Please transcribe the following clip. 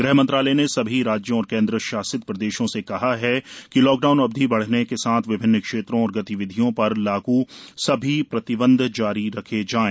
गृह मंत्रालय ने सभी राज्यों और केन्द्र शासित प्रदेशों से कहा है कि लॉकडाउन अवधि बढ़ने के साथ विभिन्न क्षेत्रों और गतिविधियों पर लागू सभी प्रतिबंध जारी रखे जाएं